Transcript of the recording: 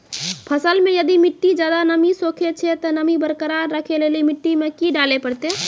फसल मे यदि मिट्टी ज्यादा नमी सोखे छै ते नमी बरकरार रखे लेली मिट्टी मे की डाले परतै?